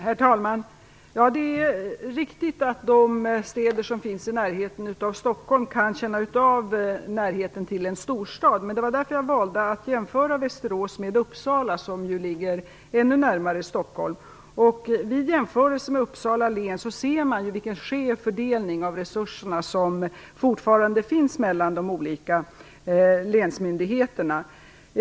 Herr talman! Det är riktigt att de städer som ligger nära Stockholm kan känna av närheten till en storstad. Det var därför jag valde att jämföra Västerås med Uppsala, som ligger ännu närmare Stockholm. Vid jämförelsen med Uppsala län ser man vilken skev fördelning av resurserna som fortfarande finns mellan de olika länsmyndigheterna.